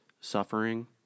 suffering